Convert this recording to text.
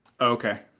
Okay